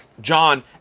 John